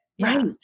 Right